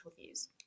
views